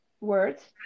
words